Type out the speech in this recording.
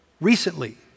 recently